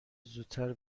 زودتر